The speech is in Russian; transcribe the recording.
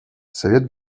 совет